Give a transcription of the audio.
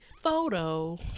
photo